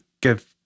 give